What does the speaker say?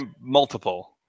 multiple